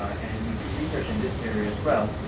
and we do research in this area as well.